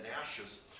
ashes